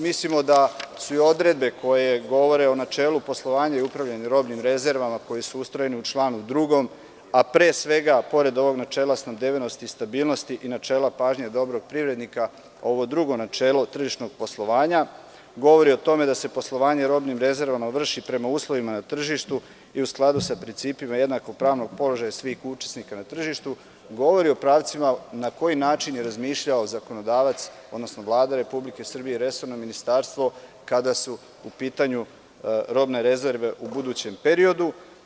Mislimo da su i odredbe koje govore o načelu poslovanja i upravljanja robnim rezervama, koje su ustrojene u članu 2, a pre svega, pored ovog načela snabdevenosti i stabilnosti i načela pažnje dobrog privrednika, ovo drugo načelo tržišnog poslovanja govori o tome da se poslovanje robnim rezervama vrši prema uslovima na tržištu i u skladu sa principima jednakog pravnog položaja svih učesnika na tržištu, govori o pravcima na koji način je razmišljao zakonodavac, odnosno Vlada Republike Srbije i resorno ministarstvo kada su u pitanju robne rezerve u budućem periodu.